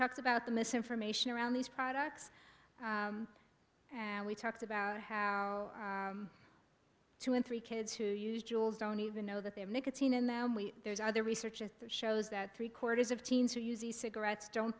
talked about the misinformation around these products and we talked about how two and three kids who use jewels don't even know that they have nicotine in them we there's other research that shows that three quarters of teens who use these cigarettes don't